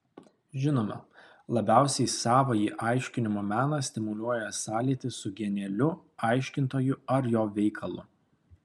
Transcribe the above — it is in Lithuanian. žinoma labiausiai savąjį aiškinimo meną stimuliuoja sąlytis su genialiu aiškintoju ar jo veikalu